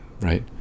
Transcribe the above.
right